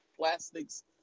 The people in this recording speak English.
plastics